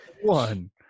one